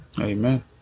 amen